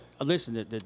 Listen